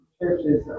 churches